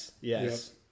Yes